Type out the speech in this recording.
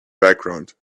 background